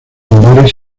bares